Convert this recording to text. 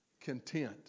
Content